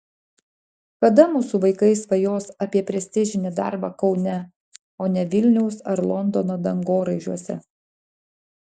kada mūsų vaikai svajos apie prestižinį darbą kaune o ne vilniaus ar londono dangoraižiuose